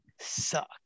suck